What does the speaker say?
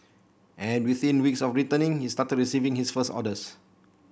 and within weeks of returning he started receiving his first orders